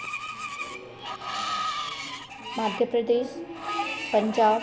Madhya Pradesh Punjab